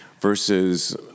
versus